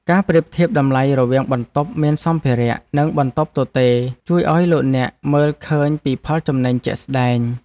ការប្រៀបធៀបតម្លៃរវាងបន្ទប់មានសម្ភារៈនិងបន្ទប់ទទេរជួយឱ្យលោកអ្នកមើលឃើញពីផលចំណេញជាក់ស្ដែង។